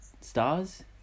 Stars